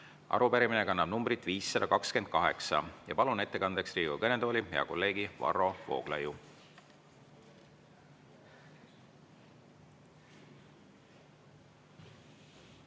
Arupärimine kannab numbrit 528. Palun ettekandeks Riigikogu kõnetooli hea kolleegi Varro Vooglaiu.